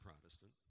Protestant